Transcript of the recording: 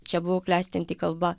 čia buvo klestinti kalba